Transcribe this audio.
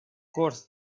course